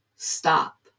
stop